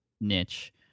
niche